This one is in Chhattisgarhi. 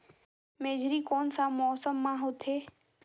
मेझरी कोन सा मौसम मां होथे?